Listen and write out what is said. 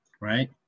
Right